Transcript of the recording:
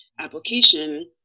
application